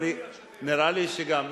נראה לי שגם.